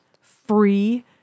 free